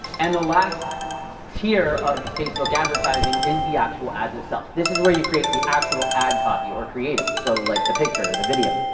and the last tier of facebook advertising is the actual ads itself. this is where you create the actual ad copy or creatives. so, like the picture, the video.